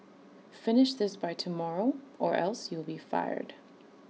finish this by tomorrow or else you'll be fired